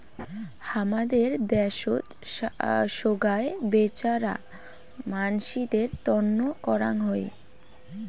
হামাদের দ্যাশোত সোগায় বেচেরা মানসিদের তন্ন করাং হই